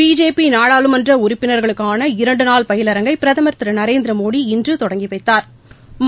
பிஜேபிநாடாளுமன்றஉறுப்பினர்களுக்கான இரண்டுநாள் பயிலரங்கை பிரதமர் திருநரேந்திரமோடி இன்றுதொடங்கிவைத்தாா்